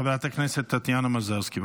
חברת הכנסת טטיאנה מזרסקי,